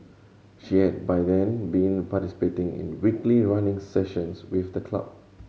she had by then been participating in weekly running sessions with the club